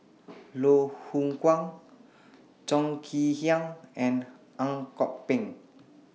Loh Hoong Kwan Chong Kee Hiong and Ang Kok Peng